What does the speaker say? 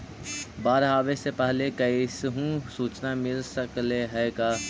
बाढ़ आवे से पहले कैसहु सुचना मिल सकले हे का?